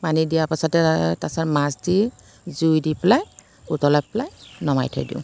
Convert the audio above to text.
পানী দিয়াৰ পাছতে তাৰ পাছত মাছ দি জুই দি পেলাই উতলাই পেলাই নমাই থৈ দিওঁ